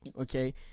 Okay